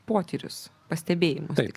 potyrius pastebėjimus